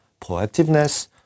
proactiveness